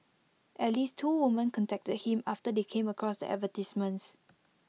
at least two women contacted him after they came across the advertisements